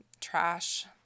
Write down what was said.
trash